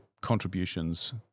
contributions